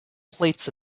plates